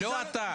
לא אתה.